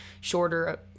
shorter